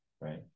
right